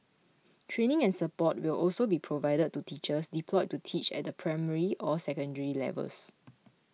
training and support will also be provided to teachers deployed to teach at the primary or secondary levels